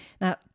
Now